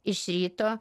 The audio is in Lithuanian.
iš ryto